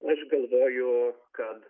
aš galvoju kad